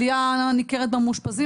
עלייה ניכרת במאושפזים,